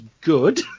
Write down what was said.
good